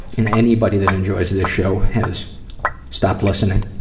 and anybody that enjoys this show has stopped listening.